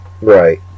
right